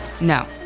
No